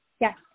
Yes